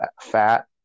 fat